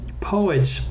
poets